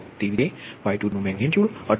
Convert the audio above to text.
તેવી જ રીતે Y22 નું મેગનીટયુડ 58